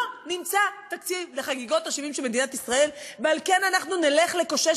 לא נמצא תקציב לחגיגות ה-70 של מדינת ישראל ועל כן אנחנו נלך לקושש